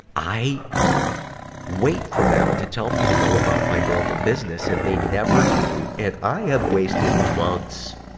i wait for them to tell me to go about my normal business and they never do. and i have wasted months,